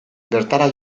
bertara